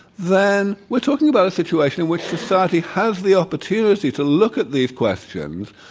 then we're talking about a situation which society has the opportunity to look at these questions,